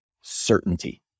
certainty